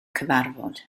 cyfarfod